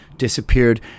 disappeared